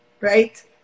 right